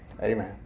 Amen